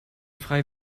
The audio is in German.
frei